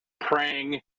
praying